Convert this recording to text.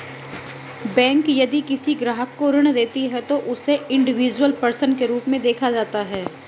bank यदि किसी ग्राहक को ऋण देती है तो उसे इंडिविजुअल पर्सन के रूप में देखा जाता है